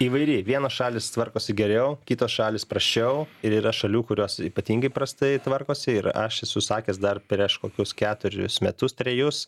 įvairiai vienos šalys tvarkosi geriau kitos šalys prasčiau ir yra šalių kurios ypatingai prastai tvarkosi ir aš esu sakęs dar prieš kokius keturis metus trijus